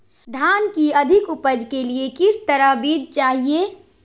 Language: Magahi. धान की अधिक उपज के लिए किस तरह बीज चाहिए?